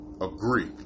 agree